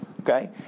okay